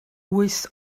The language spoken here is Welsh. wyth